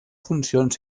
funcions